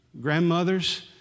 Grandmothers